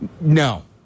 No